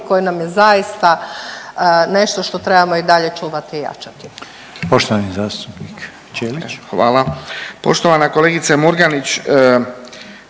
koji nam je zaista nešto što trebamo i dalje čuvati i jačati.